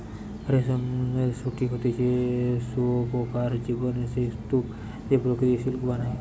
রেশমের গুটি হতিছে শুঁয়োপোকার জীবনের সেই স্তুপ যে প্রকৃত সিল্ক বানায়